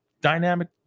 dynamic